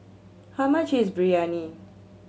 how much is Biryani